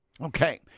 Okay